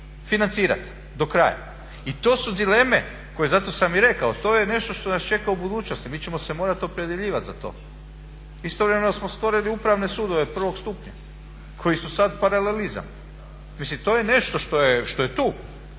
financirati do kraja. I to su dileme koje zato sam i rekao to je nešto što nas čeka u budućnosti, mi ćemo se morati opredjeljivati za to. Istovremeno smo stvorili upravne sudove prvog stupnja koji su sad paralelizam. Mislim to je nešto što je tu.